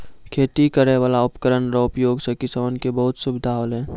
खेती करै वाला उपकरण रो उपयोग से किसान के बहुत सुबिधा होलै